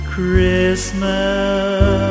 Christmas